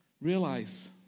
Realize